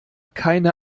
keine